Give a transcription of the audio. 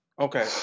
Okay